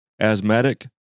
Asthmatic